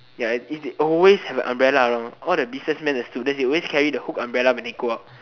ya it they always have an umbrella around all the businessman the student they always carry the hook umbrella when they go out